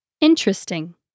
Interesting